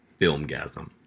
Filmgasm